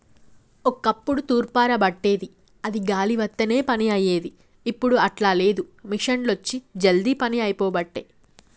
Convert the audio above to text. ఒక్కప్పుడు తూర్పార బట్టేది అది గాలి వత్తనే పని అయ్యేది, ఇప్పుడు అట్లా లేదు మిషిండ్లొచ్చి జల్దీ పని అయిపోబట్టే